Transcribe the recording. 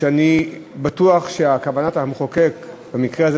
שבטוח שכוונת המחוקק במקרה הזה,